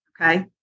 Okay